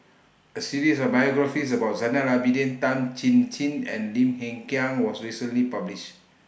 A series of biographies about Zainal Abidin Tan Chin Chin and Lim Hng Kiang was recently published